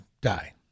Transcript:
die